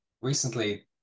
recently